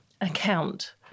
account